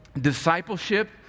discipleship